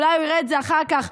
אולי הוא יראה את זה אחר כך,